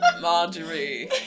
Marjorie